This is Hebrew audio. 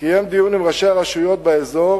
קיים דיון עם ראשי הרשויות באזור